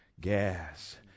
gas